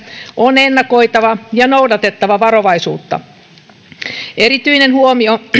on ennakoitava ja noudatettava varovaisuutta erityinen huomio